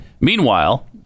Meanwhile